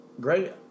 great